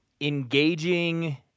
engaging